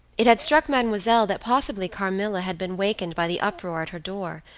it had struck mademoiselle that possibly carmilla had been wakened by the uproar at her door,